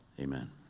amen